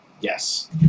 Yes